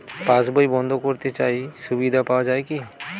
পাশ বই বন্দ করতে চাই সুবিধা পাওয়া যায় কি?